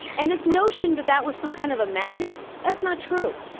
and this notion that that was some kind of a magnet, that's not true.